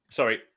Sorry